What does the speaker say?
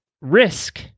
Risk